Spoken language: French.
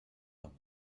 camps